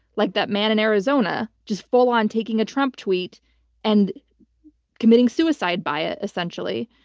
like that man in arizona just full on taking a trump tweet and committing suicide by it essentially.